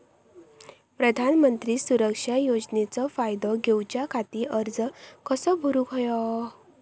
प्रधानमंत्री सुरक्षा योजनेचो फायदो घेऊच्या खाती अर्ज कसो भरुक होयो?